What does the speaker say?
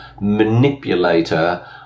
manipulator